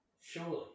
surely